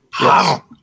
wow